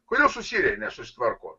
kodėl su sirija nesusitvarko